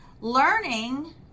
Learning